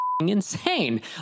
Insane